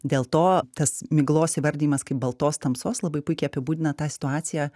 dėl to tas miglos įvardijimas kaip baltos tamsos labai puikiai apibūdina tą situaciją